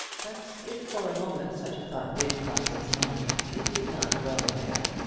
but if for a moment such a thought did cross his mind, it did not dwell there.